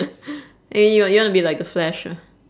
eh you wa~ you want be like the flash ah